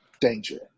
Danger